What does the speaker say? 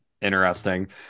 interesting